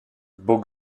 beau